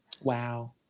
Wow